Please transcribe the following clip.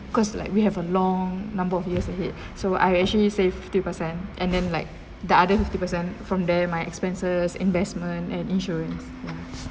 cause like we have a long number of years ahead so I actually safe fifty percent and then like the other fifty percent from there my expenses investment and insurance ya